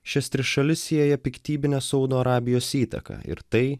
šias tris šalis sieja piktybinė saudo arabijos įtaka ir tai